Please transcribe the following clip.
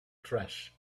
trash